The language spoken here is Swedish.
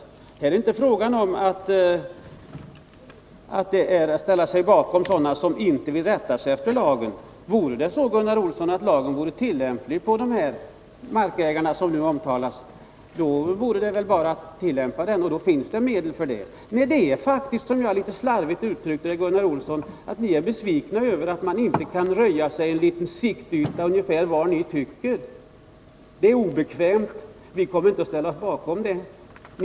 Här är det inte fråga om att ställa sig bakom sådana som inte vill rätta sig efter lagen. Vore det så, Gunnar Olsson, att lagen är tillämplig på de markägare som här omtalas gäller det bara att tillämpa den, och det finns medel för detta. Nej, det är faktiskt så som jag litet slarvigt uttryckte det, Gunnar Olsson, att ni är besvikna över att man inte kan röja upp en siktyta ungefär var man tycker. En sådan ordning är obekväm, och vi kommer inte att ställa oss bakom det förslag som framlagts.